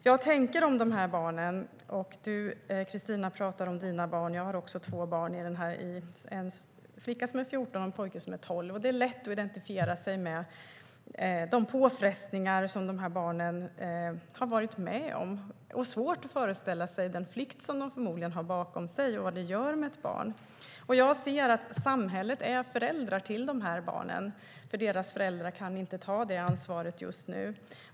Christina Örnebjär talade om sina barn, och jag har också två barn. Jag har en flicka som är 14 och en pojke som är 12. Det är lätt att identifiera sig med de påfrestningar som barnen har varit med om. Det är svårt att föreställa sig den flykt de förmodligen har bakom sig och vad den gör med ett barn. Jag ser samhället som föräldrar till de här barnen, för deras föräldrar kan inte ta det ansvaret just nu.